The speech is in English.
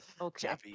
okay